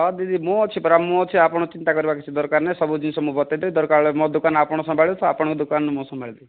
ହଁ ଦିଦି ମୁଁ ଅଛି ପରା ମୁଁ ଅଛି ଆପଣ ଚିନ୍ତା କରିବା କିଛି ଦରକାର ନାହିଁ ସବୁ ଜିନିଷ ମୁଁ ବତାଇଦେବି ଦରକାର ବେଳେ ମୋ ଦୋକାନ ଆପଣ ସମ୍ଭାଳିବେ ତ ଆପଣଙ୍କ ଦୋକାନ ମୁଁ ସମ୍ଭାଳିବି